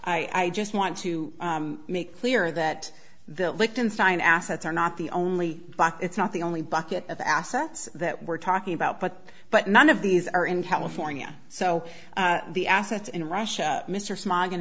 i just want to make clear that the liechtenstein assets are not the only but it's not the only bucket of assets that we're talking about but but none of these are in california so the assets in russia mr smog and